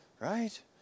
Right